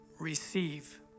Receive